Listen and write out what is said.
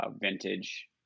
vintage